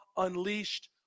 Unleashed